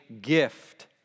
gift